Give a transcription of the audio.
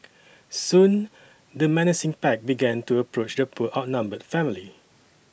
soon the menacing pack began to approach the poor outnumbered family